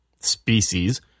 species